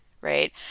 right